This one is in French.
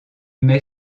met